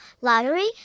lottery